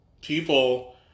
people